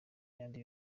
ayandi